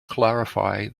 clarify